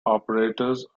operators